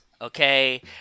okay